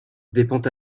dépend